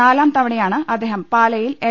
നാലാം തവണയാണ് അദ്ദേഹം പാലയിൽ എൽ